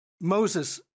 Moses